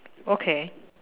okay